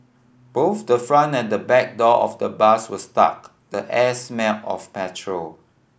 both the front and the back door of the bus were stuck the air smelled of petrol